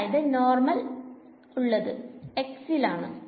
അതായത് നോർമൽ ഉള്ളത് ഇൽ ആണ്